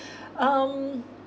um